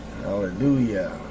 Hallelujah